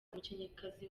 umukinnyikazi